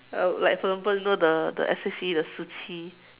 I would like for example you know the the S_H_E the 十七